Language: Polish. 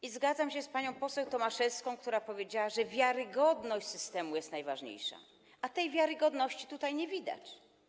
I zgadzam się z panią poseł Tomaszewską, która powiedziała, że wiarygodność systemu jest najważniejsza, a tej wiarygodności tutaj nie widać.